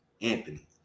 Anthony